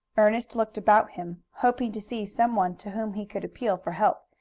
ernest looked about him, hoping to see some one to whom he could appeal for help,